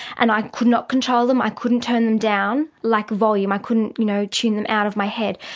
and i could not control them, i couldn't turn them down, like volume, i couldn't you know tune them out of my head.